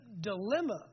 dilemma